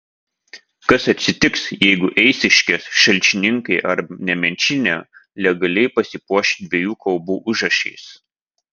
kas atsitiks jeigu eišiškės šalčininkai ar nemenčinė legaliai pasipuoš dviejų kalbų užrašais